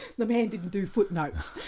the man didn't do footnotes.